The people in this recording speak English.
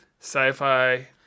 Sci-Fi